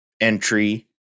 entry